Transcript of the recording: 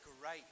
great